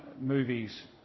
movies